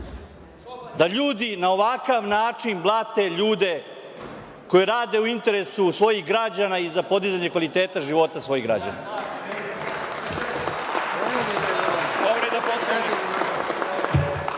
da ljudi na ovakav način blate ljude koji rade u interesu svojih građana i za podizanje kvaliteta života svojih građana.